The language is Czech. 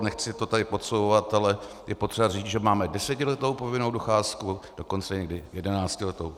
Nechci to tady podsouvat, ale je potřeba říct, že máme desetiletou povinnou docházku, dokonce někdy jedenáctiletou.